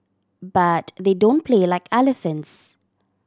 but they don't play like elephants